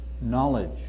knowledge